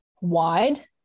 wide